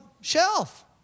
shelf